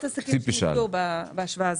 שנפגעו בהשוואה הזאת.